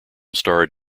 starred